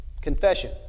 Confession